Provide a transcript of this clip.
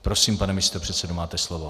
Prosím, pane místopředsedo, máte slovo.